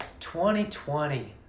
2020